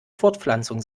fortpflanzung